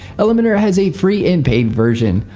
elementor has a free and paid version.